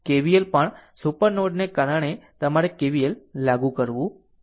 KVL પણ super node ને કારણે તમારે KVL લાગુ કરવું પડશે